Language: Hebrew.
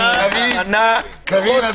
קארין, קארין, בבקשה.